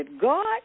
God